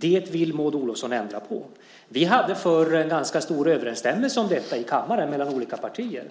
Det vill Maud Olofsson ändra på. Vi hade förr en stor överensstämmelse om detta mellan olika partier